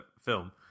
film